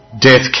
death